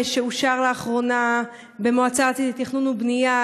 שאושר לאחרונה במועצה הארצית לתכנון ובנייה,